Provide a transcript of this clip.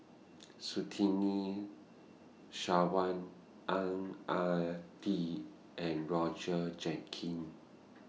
Surtini Sarwan Ang Ah Tee and Roger Jenkins